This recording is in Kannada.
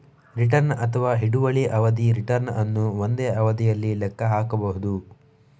ರಿಟರ್ನ್ ಅಥವಾ ಹಿಡುವಳಿ ಅವಧಿಯ ರಿಟರ್ನ್ ಅನ್ನು ಒಂದೇ ಅವಧಿಯಲ್ಲಿ ಲೆಕ್ಕ ಹಾಕಬಹುದು